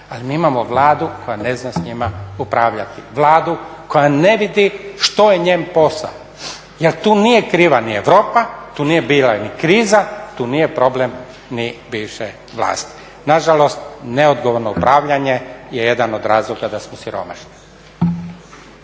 Ali mi imao Vladu koja ne zna s njima upravljati. Vlada koja ne vidi što je njen posao. Jel tu nije kriva ni Europa, tu nije bila ni kriza, tu nije problem ni bivše vlasti. Nažalost neodgovorno upravljanje je jedan od razloga je da smo siromašni.